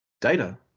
data